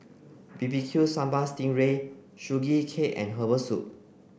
B B Q Sambal Sting Ray Sugee Cake and herbal soup